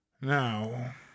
now